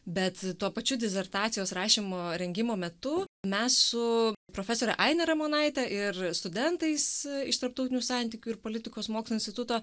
bet tuo pačiu disertacijos rašymo rengimo metu mes su profesore aine ramonaite ir studentais iš tarptautinių santykių ir politikos mokslų instituto